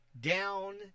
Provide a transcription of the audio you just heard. down